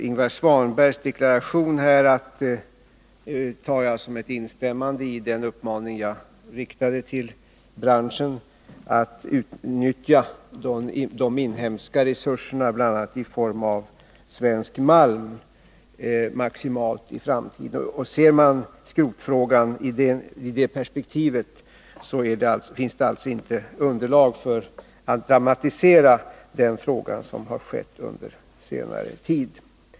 Ingvar Svanbergs deklaration här tar jag som ett instämmande i den uppmaning jag riktade till branschen att utnyttja de inhemska resurserna, bl.a. i form av svensk malm, maximalt i framtiden. Ser man skrotfrågan i det perspektivet, finns det alltså inte underlag för att dramatisera den frågan, såsom har skett under senare tid.